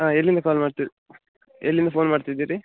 ಹಾಂ ಎಲ್ಲಿಂದ ಕಾಲ್ ಮಾಡ್ತಿ ಎಲ್ಲಿಂದ ಫೋನ್ ಮಾಡ್ತಿದ್ದೀರಿ